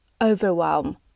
overwhelm